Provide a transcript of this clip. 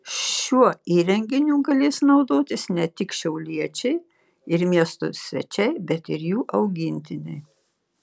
šiuo įrenginiu galės naudotis ne tik šiauliečiai ir miesto svečiai bet ir jų augintiniai